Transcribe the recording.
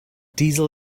diesel